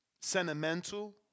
sentimental